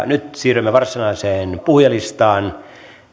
nyt siirrymme varsinaiseen puhujalistaan